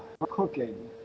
cooking